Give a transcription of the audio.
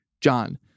John